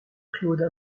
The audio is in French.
claude